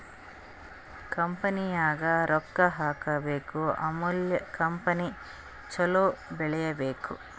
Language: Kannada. ಕಂಪನಿನಾಗ್ ರೊಕ್ಕಾ ಹಾಕಬೇಕ್ ಆಮ್ಯಾಲ ಕಂಪನಿ ಛಲೋ ಬೆಳೀಬೇಕ್